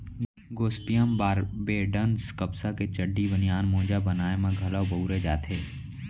Gossypium barbadense कपसा के चड्डी, बनियान, मोजा बनाए म घलौ बउरे जाथे